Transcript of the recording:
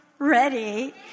ready